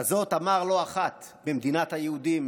כזאת אמר לא אחת ב'מדינת היהודים',